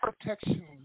protection